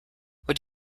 would